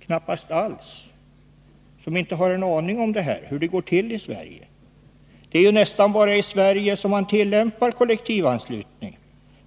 Knappast alls! De har inte en aning om hur det går till i Sverige i det här sammanhanget. Det är ju nästan bara i Sverige som man tillämpar kollektivanslutning.